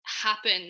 happen